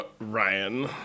Ryan